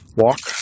walk